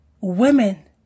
Women